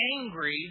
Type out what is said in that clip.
angry